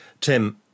Tim